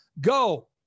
Go